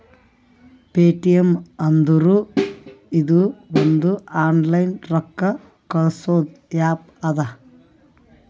Paytm ಅಂದುರ್ ಇದು ಒಂದು ಆನ್ಲೈನ್ ರೊಕ್ಕಾ ಕಳ್ಸದು ಆ್ಯಪ್ ಅದಾ